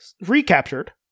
Recaptured